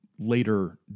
Later